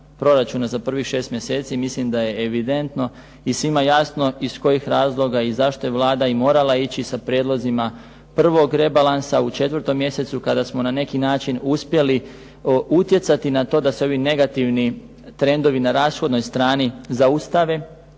proračuna za prvih 6 mjeseci mislim da je evidentno i svima jasno iz kojih razloga i zašto je Vlada i morala ići sa prijedlozima prvog rebalansa u 4. mjesecu kada smo na neki način uspjeli utjecati na to da se ovi negativni trendovi na rashodnoj strani zaustave,